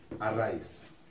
Arise